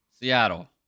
Seattle